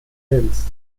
films